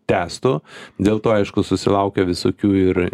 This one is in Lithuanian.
tęstų dėl to aišku susilaukia visokių ir